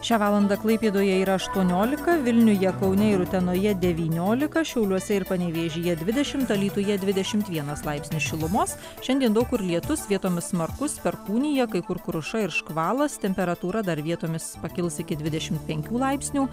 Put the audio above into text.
šią valandą klaipėdoje yra aštuoniolika vilniuje kaune utenoje devyniolika šiauliuose ir panevėžyje dvidešim alytuje dvidešim vienas laipsnis šilumos šiandien daug kur lietus vietomis smarkus perkūnija kai kur kruša ir škvalas temperatūra dar vietomis pakils iki dvidešim penkių laipsnių